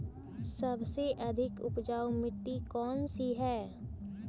सबसे अधिक उपजाऊ मिट्टी कौन सी हैं?